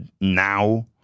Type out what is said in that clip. now